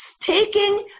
taking